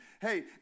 hey